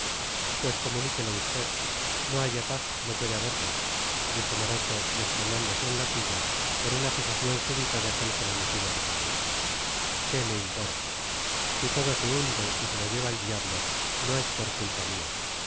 pues comuníquelo usted no hay paz no puede haberla dijo maroto desplomándose en la silla por una cesación súbita de aquel frenesí nervioso qué me importa si todo se hunde y se lo lleva el diablo no es por culpa mía